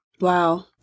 Wow